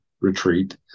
Retreat